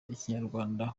ikinyarwanda